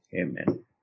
amen